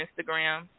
Instagram